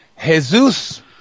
Jesus